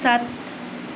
सात